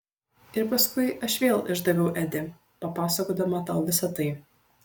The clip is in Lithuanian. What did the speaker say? ir paskui aš vėl išdaviau edį papasakodama tau visa tai